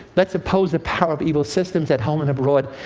let's oppose the power of evil systems at home and abroad,